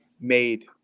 made